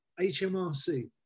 HMRC